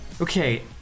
Okay